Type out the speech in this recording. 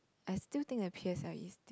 I still think that p_s_l_e still